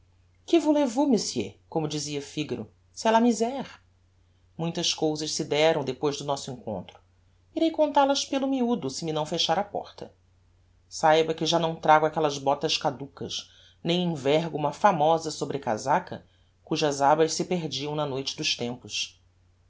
que voulez vous monseigneur como dizia figaro c'est la misre muitas cousas se deram depois do nosso encontro irei contal as pelo miudo se me não fechar a porta saiba que já não trago aquellas botas caducas nem envergo uma famosa sobrecasaca cujas abas se perdiam na noite dos tempos